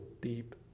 deep